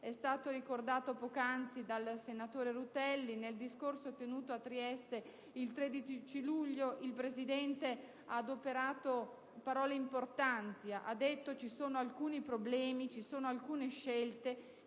è stato ricordato poc'anzi dal senatore Rutelli, nel discorso tenuto a Trieste il 13 luglio il Presidente ha adoperato parole importanti. Ha detto: «Ci sono alcuni problemi, ci sono alcune scelte